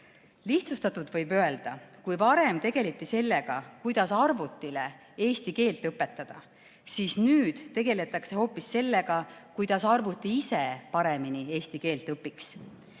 Lihtsustatult võib öelda, et kui varem tegeleti sellega, kuidas arvutile eesti keelt õpetada, siis nüüd tegeletakse hoopis sellega, kuidas arvuti ise paremini eesti keelt õpiks.